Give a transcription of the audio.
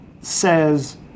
says